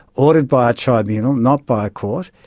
ordered by a tribunal, not by a court,